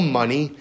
money